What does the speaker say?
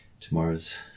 tomorrow's